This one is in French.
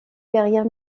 carrière